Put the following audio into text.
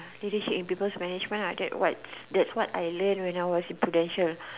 leadership and people's management ah that what that's what I learnt when I was in Prudential